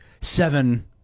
seven